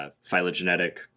phylogenetic